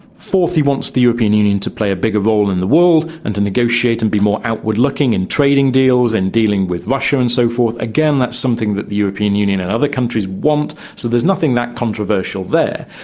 fourth, he wants the european union to play a bigger role in the world and to negotiate and be more outward-looking in trading deals, in dealing with russia and so forth. again, that's something that the european union and other countries want, so there's nothing that controversial there.